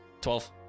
Twelve